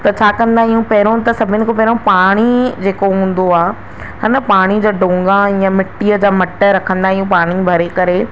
त छा कंदा आहियूं पहिरियों त सभिनि खां पहिरियों त पाणी जेको हूंदो आहे है न पाणी का डोंगा ईअं मिटीअ जा मट रखंदा आहियूं पाणी भरे करे